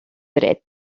dret